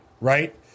Right